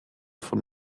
von